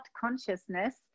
consciousness